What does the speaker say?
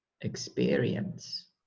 experience